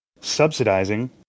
subsidizing